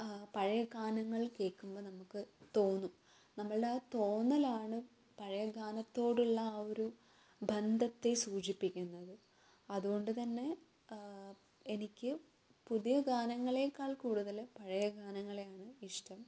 പഴയ ഗാനങ്ങൾ കേൾക്കുമ്പോൾ നമുക്ക് തോന്നും നമ്മളുടെ ആ തോന്നലാണ് പഴയ ഗാനത്തോടുള്ള ആ ഒരു ബന്ധത്തെ സൂചിപ്പിക്കുന്നത് അതുകൊണ്ട് തന്നെ എനിക്ക് പുതിയ ഗാനങ്ങളെക്കാൾ കൂടുതൽ പഴയ ഗാനങ്ങളെയാണ് ഇഷ്ടം